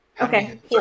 Okay